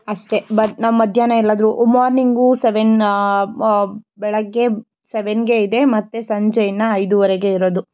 ಅಷ್ಟೆ ಬಟ್ ನಾವು ಮಧ್ಯಾಹ್ನ ಎಲ್ಲಾದರೂ ಮಾರ್ನಿಂಗು ಸೆವೆನ್ ಬೆಳಗ್ಗೆ ಸೆವೆನ್ನಿಗೆ ಇದೆ ಮತ್ತು ಸಂಜೆ ಇನ್ನೂ ಐದುವರೆಗೆ ಇರೋದು